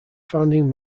founding